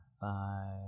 five